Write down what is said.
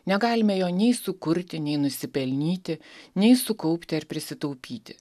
negalime jo nei sukurti nei nusipelnyti nei sukaupti ar prisitaupyti